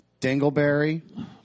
Dingleberry